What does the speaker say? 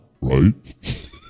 right